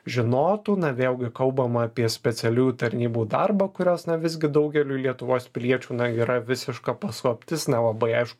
žinotų na vėlgi kalbama apie specialiųjų tarnybų darbą kurios na visgi daugeliui lietuvos piliečių yra visiška paslaptis nelabai aišku